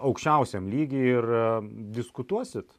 aukščiausiam lygyje ir diskutuosit